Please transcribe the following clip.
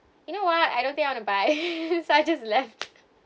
you know what I don't think I want to buy so I just left